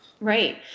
right